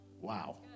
Wow